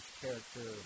character